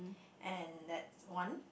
and that's one